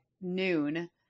noon